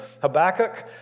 Habakkuk